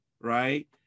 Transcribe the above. right